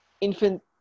infant –